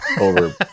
over